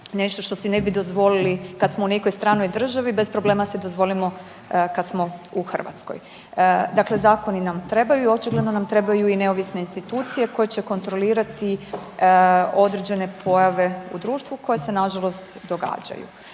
nešto što si ne bi dozvolili kad smo u nekoj stranoj državi bez problema si dozvolimo kad smo u Hrvatskoj. Dakle, zakoni nam trebaju i očigledno nam trebaju i neovisne institucije koje će kontrolirati određene pojave u društvu koje se nažalost događaju.